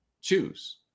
choose